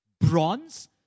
bronze